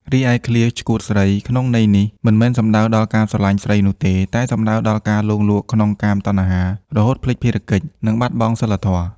រីឯឃ្លា ឆ្កួតស្រី ក្នុងន័យនេះមិនមែនសំដៅដល់ការស្រឡាញ់ស្រីនោះទេ តែសំដៅដល់ការលង់លក់ក្នុងកាមតណ្ហា រហូតភ្លេចភារកិច្ច និងបាត់បង់សីលធម៌។